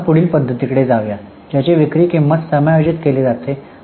आता आपण पुढील पध्दतीकडे जाऊया ज्याची विक्री किंमत समायोजित केली जाते